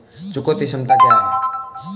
चुकौती क्षमता क्या है?